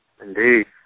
Indeed